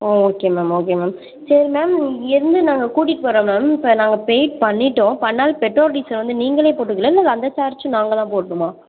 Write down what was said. ஓ okay ma'am okay ma'am சரி ma'am இங்கேருந்து நாங்கள் கூட்டிகிட்டு போகிறோம் மேம் இப்போ நாங்கள் பெய்ட் பண்ணிவிட்டோம் பண்ணாலும் பெட்ரோல் டீசல் வந்து நீங்களே போட்டுபிங்களா இல்லை அந்த சார்ஜும் நாங்கள்தான் போட்ணுமா